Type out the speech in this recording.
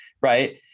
right